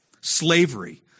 slavery